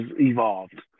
evolved